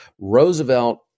Roosevelt